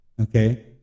Okay